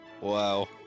Wow